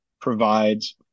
provides